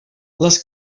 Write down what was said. les